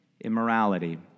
immorality